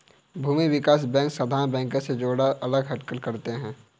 भूमि विकास बैंक साधारण बैंक से थोड़ा हटकर कार्य करते है